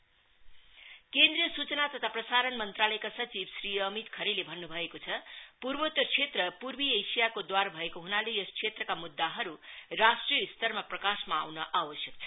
north east conference केन्द्रीय सूचना तथा प्रसारण मंत्रालयका सचिव श्री अमित खरेलले भन्नु भएको छ पूर्वोत्तर क्षेत्र पूर्वी एशियाको द्वार भएको हुनाले यस क्षेत्रका मुद्दाहरु राष्ट्रिय स्तरमा प्रकाशमा आउन आवश्यक छ